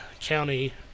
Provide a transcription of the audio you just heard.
County